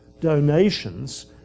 donations